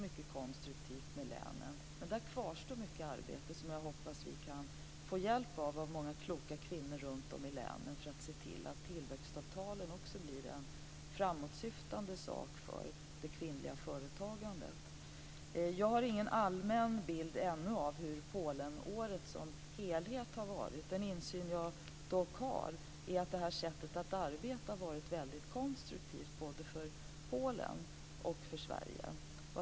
Där kvarstår mycket arbete, och jag hoppas att vi kommer att få hjälp av många kloka kvinnor i länen för att se till att tillväxtavtalen blir framåtsyftande för det kvinnliga företagandet. Jag har ännu ingen allmän bild av hur Polenåret som helhet har varit. Den insyn jag har har visat att detta sätt att arbeta har varit konstruktivt både för Polen och för Sverige.